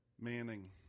Manning